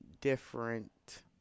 different